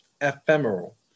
ephemeral